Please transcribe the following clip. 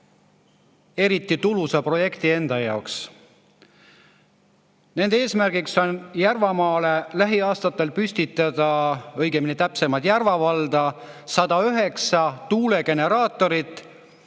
eriti tulusa projekti enda jaoks. Nende eesmärk on Järvamaale lähiaastatel püstitada, täpsemalt Järva valda, 109 tuulegeneraatorit,